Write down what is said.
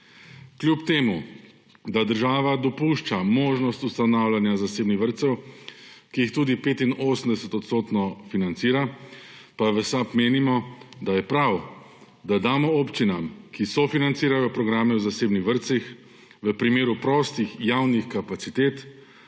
Kljub temu da država dopušča možnost ustanavljanja zasebnih vrtcev, ki jih tudi 85-odstotno financira, pa v SAB menimo, da je prav, da damo občinam, ki sofinancirajo programe v zasebnih vrtcih, v primeru prostih javnih kapacitet